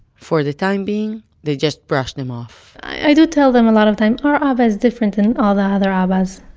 for the time being they just brush them off i do tell them a lot of time, our abba is different than all the other ah abbas.